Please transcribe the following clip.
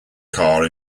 car